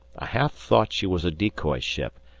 i half thought she was a decoy ship,